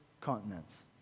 continents